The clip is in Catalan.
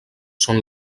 són